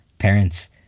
parents